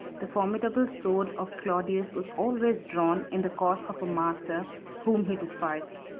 the formidable sword of claudius was always drawn in the cause of a master whom he despised.